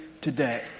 today